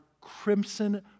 crimson